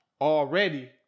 already